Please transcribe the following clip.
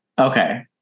Okay